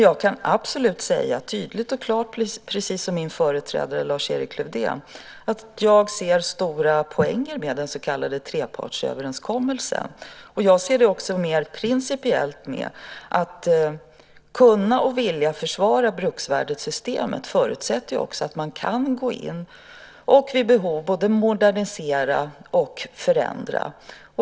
Jag kan absolut säga tydligt och klart, precis som min företrädare Lars-Erik Lövdén, att jag ser en poäng med den så kallade trepartsöverenskommelsen. Jag ser det också mer principiellt: att kunna och vilja försvara bruksvärdessystemet förutsätter att man kan gå in och vid behov både modernisera och förändra.